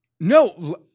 No